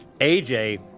AJ